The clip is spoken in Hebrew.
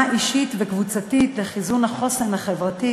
אישית וקבוצתית ולחיזוק החוסן החברתי.